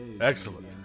Excellent